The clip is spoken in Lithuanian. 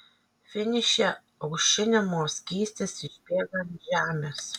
finiše aušinimo skystis išbėga ant žemės